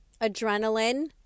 adrenaline